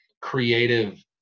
creative